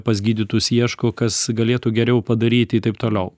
pas gydytojus ieško kas galėtų geriau padaryti taip toliau